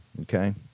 okay